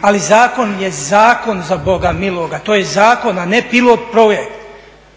ali zakon je zakon za boga miloga, to je zakon a ne pilot projekt.